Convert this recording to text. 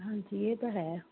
ਹਾਂਜੀ ਇਹ ਤਾਂ ਹੈ